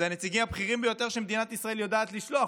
אלה הנציגים הבכירים ביותר שמדינת ישראל יודעת לשלוח,